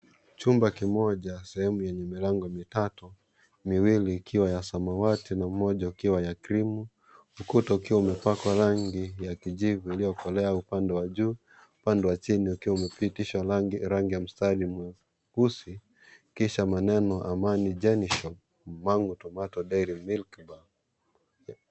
Chumba kimoja , sehemu yenye milango mitatu ; miwili ikiwa ya samawati na mmoja ukiwa ya creeam , ukuta ukiwa umepakwa rangi ya kijivu iliyokolea upande wa juu , upande wa chini ukiwa umepitishwa rangi ya mstari mweusi ,kisha maneno Amani Gen Shop , Mangu tomato and milk bar .